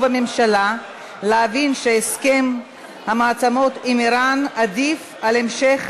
הממשלה להבין שהסכם המעצמות עם איראן עדיף על המשך